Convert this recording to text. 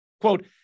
Quote